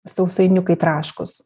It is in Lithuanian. sausainiukai traškūs